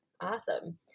Awesome